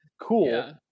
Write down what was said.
cool